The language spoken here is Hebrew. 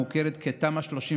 המוכרת כתמ"א 38